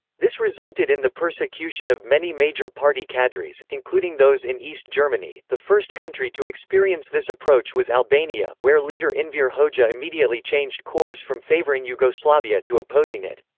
this resulted in the persecution of many major party cadres, including those in east germany the first country to experience this approach was albania, where leader enver hoxha immediately changed course from favoring yugoslavia to opposing it.